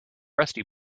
rusty